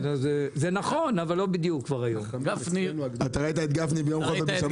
אתה ראית את גפני ביום חול וביום שבת?